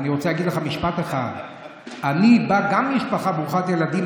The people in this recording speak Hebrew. ואני רוצה להגיד לך משפט אחד: גם אני בא ממשפחה ברוכת ילדים,